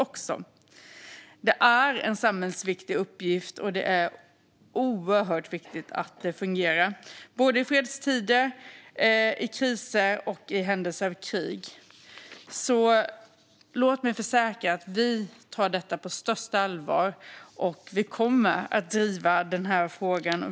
Det är en samhällsviktig uppgift, och det är oerhört viktigt att det fungerar både i fredstid, vid kriser och i händelse av krig. Låt mig försäkra att vi tar detta på största allvar och att vi kommer att driva denna fråga.